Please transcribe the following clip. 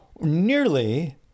nearly